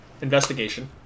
investigation